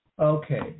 Okay